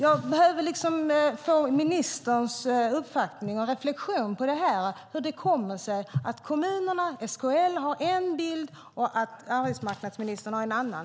Jag behöver få ministerns uppfattning och reflexion om det här. Hur kommer det sig att kommunerna och SKL har en bild, men arbetsmarknadsministern en annan?